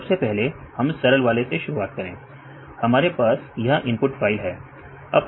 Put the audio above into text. तो सबसे पहले हम सरल वाले से शुरुआत करें हमारे पास यह इनपुट फाइल है